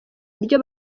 buryo